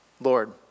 Lord